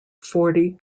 forty